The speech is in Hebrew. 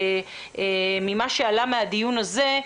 ממה שעלה מהדיון הזה,